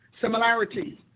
Similarities